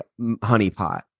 honeypot